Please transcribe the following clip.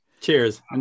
Cheers